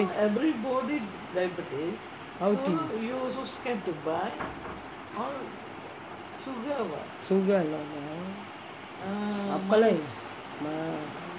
sugar lah appalam